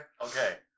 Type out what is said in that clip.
Okay